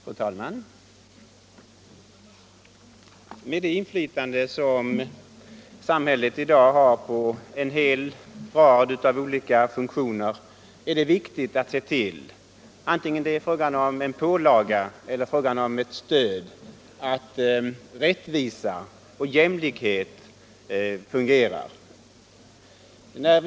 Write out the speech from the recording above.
Fru talman! Med det inflytande som samhället i dag har på en hel rad olika funktioner är det viktigt att se till — vare sig det är fråga om en pålaga eller ett stöd — att rättvisa och jämlikhet fungerar.